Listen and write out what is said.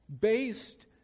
based